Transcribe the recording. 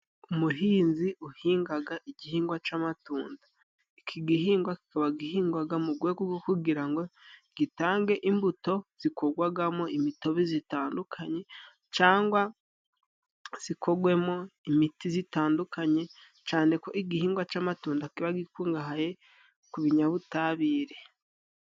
Umuhinzi uhingaga igihingwa c'amatunda, iki gihingwa kikaba gihingwaga mu gwego gwo kugira ngo gitange imbuto zikogwagamo imitobe zitandukanye, cangwa zikogwemo imiti zitandukanye, cane ko igihingwa c'amatunda kiba gikungahaye ku binyabutabire.